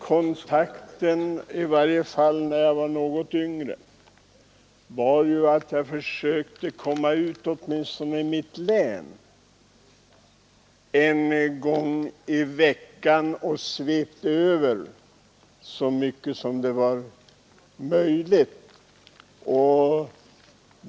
Särskilt när jag var något yngre försökte jag komma ut åtminstone i mitt län flera gånger i veckan och svepa över så mycket som möjligt.